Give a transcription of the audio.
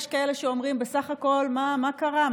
יש כאלה שאומרים: בסך הכול, מה קרה?